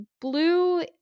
blue